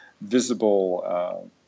visible